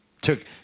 Took